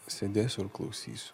pasėdėsiu ir klausysiu